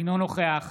אינו נוכח